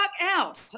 out